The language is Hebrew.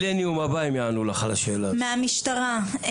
מהמשטרה,